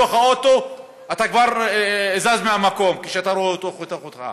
זז בתוך האוטו במקום כשאתה רואה אותו חותך אותך.